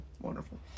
wonderful